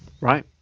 right